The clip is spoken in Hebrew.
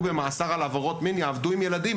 במאסר על עבירות מין יעבדו עם ילדים.